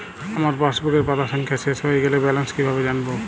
আমার পাসবুকের পাতা সংখ্যা শেষ হয়ে গেলে ব্যালেন্স কীভাবে জানব?